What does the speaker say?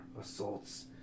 assaults